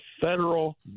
federal